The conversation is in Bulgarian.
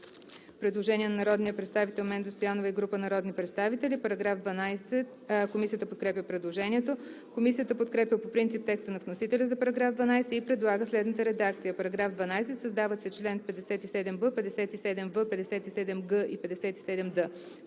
Предложение на народния представител Менда Стоянова и група народни представители: Комисията подкрепя предложението. Комисията подкрепя по принцип текста на вносителя за § 12 и предлага следната редакция: „§ 12. Създават се чл. 57б, 57в, 57г и 57д: